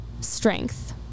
strength